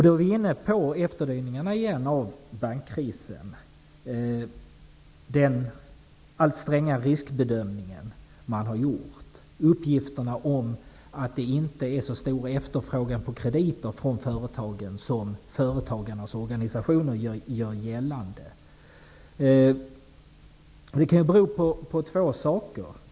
Då är vi inne på efterdyningarna av bankkrisen igen: den allt strängare riskbedömningen och uppgifterna om att det inte är så stor efterfrågan på krediter från företagen som företagarnas organisationer gör gällande. Detta kan ju bero på två saker.